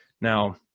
Now